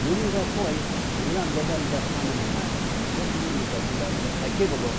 jʊnɨ ga suwai mə yəla mə be ba mə ja kəga nən mə maai wo kənkəni mə ja jəjalənle a kebɔ gɔ.